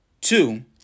Two